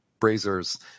brazers